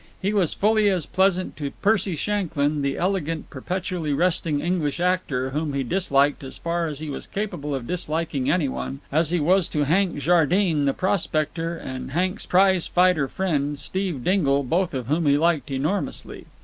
he was fully as pleasant to percy shanklyn, the elegant, perpetually resting english actor, whom he disliked as far as he was capable of disliking any one, as he was to hank jardine, the prospector, and hank's prize-fighter friend, steve dingle, both of whom he liked enormously.